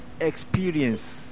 experience